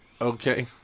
Okay